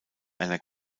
einer